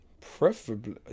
Preferably